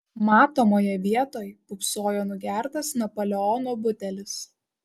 matomoje vietoj pūpsojo nugertas napoleono butelis